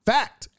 Fact